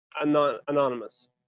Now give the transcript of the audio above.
anonymous